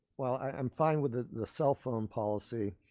well i'm fine with the cell phone policy,